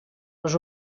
les